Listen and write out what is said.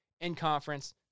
In-conference